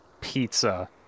pizza